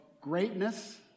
greatness